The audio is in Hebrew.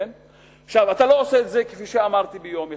כפי שאמרתי, אתה לא עושה את זה ביום אחד.